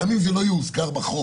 גם אם זה לא יוזכר בחוק,